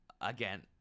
again